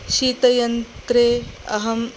शीतयन्त्रे अहम्